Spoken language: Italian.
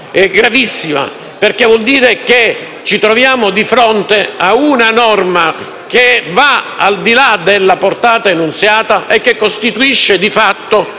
gravissima, perché vuol dire che ci troviamo di fronte ad una norma che va al di là della portata annunziata e che costituisce, di fatto,